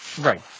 Right